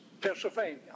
Pennsylvania